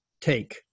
take